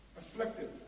afflicted